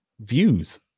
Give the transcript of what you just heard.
views